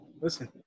listen